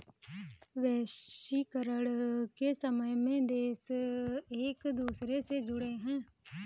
वैश्वीकरण के समय में सभी देश एक दूसरे से जुड़े है